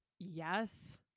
yes